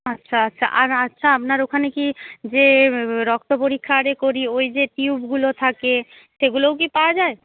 আচ্ছা আচ্ছা আর আচ্ছা আপনার ওখানে কি যে রক্ত পরীক্ষা আরে করি ওই যে টিউবগুলো থাকে সেগুলোও কি পাওয়া যায়